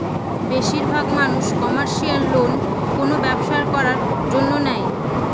বেশির ভাগ মানুষ কমার্শিয়াল লোন কোনো ব্যবসা করার জন্য নেয়